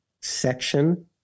Section